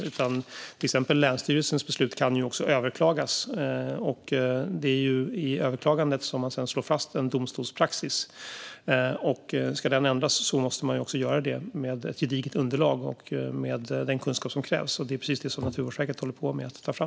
Även länsstyrelsens beslut kan ju överklagas, och det är i överklagandet som man sedan slår fast en domstolspraxis. Ska den ändras måste man göra det med ett gediget underlag och med den kunskap som krävs, och det är precis det som Naturvårdsverket håller på att ta fram.